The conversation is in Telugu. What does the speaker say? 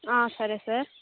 సరే సార్